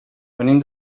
venim